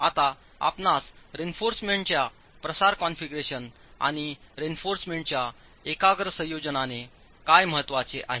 आता आपणास रेइन्फॉर्समेंटच्या प्रसार कॉन्फिगरेशन आणि रेइन्फॉर्समेंटच्या एकाग्र संयोजनाने काय म्हणायचे आहे